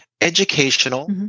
educational